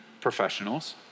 professionals